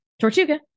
Tortuga